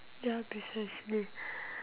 ya precisely